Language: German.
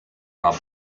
war